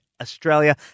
Australia